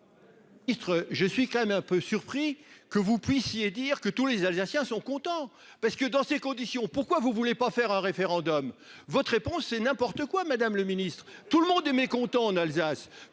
Je suis quand même un peu surpris que vous puissiez dire que tous les Alsaciens sont contents parce que dans ces conditions, pourquoi vous voulez pas faire un référendum. Votre réponse c'est n'importe quoi. Madame le Ministre tout le monde est mécontent en Alsace.